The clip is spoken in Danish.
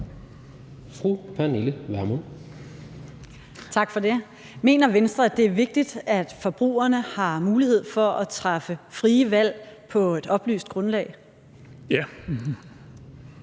Tak for det. Mener Venstre, at det er vigtigt, at forbrugerne har mulighed for at træffe frie valg på et oplyst grundlag? Kl.